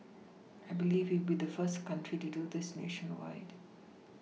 I believe we will be the first country to do this nationwide